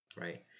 right